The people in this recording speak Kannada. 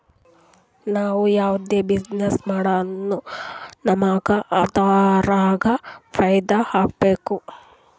ನಾವ್ ಯಾವ್ದೇ ಬಿಸಿನ್ನೆಸ್ ಮಾಡುರ್ನು ನಮುಗ್ ಅದುರಾಗ್ ಫೈದಾ ಆಗ್ಬೇಕ